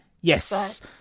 yes